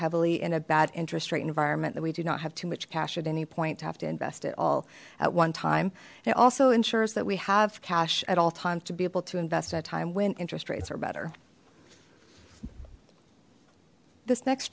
heavily in a bad interest rate environment that we do not have too much cash at any point to have to invest at all at one time it also ensures that we have cash at all times to be able to invest at a time when interest rates are better this next